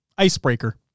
Icebreaker